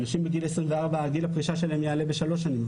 נשים בגיל 24 גיל הפרישה שלהן יעלה בשלוש שנים.